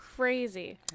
crazy